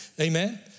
Amen